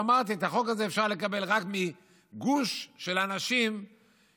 אמרת שאת החוק הזה אפשר לקבל רק מגוש של אנשים שהכול